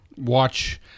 watch